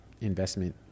investment